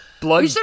blood